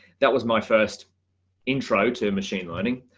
that was my first intro to machine learning.